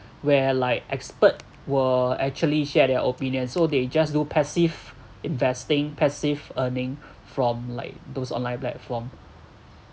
where like expert will actually share their opinions so they just do passive investing passive earning from like those online platform